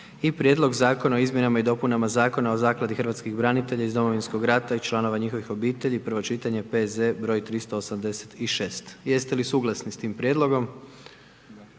Prijedlog Zakona o izmjenama i dopunama Zakona o Zakladi hrvatskih branitelja iz Domovinskog rata i članova njihovih obitelji, prvo čitanje, P.Z. broj 386. Jeste li suglasni s tim prijedlogom?